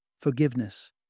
forgiveness